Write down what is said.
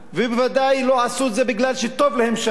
ובוודאי לא עשו את זה בגלל שטוב להם שם,